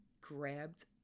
grabbed